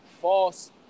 false